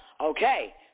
Okay